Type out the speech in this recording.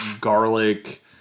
garlic